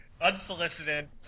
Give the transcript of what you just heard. unsolicited